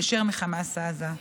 היישר מחמאס עזה.